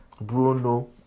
Bruno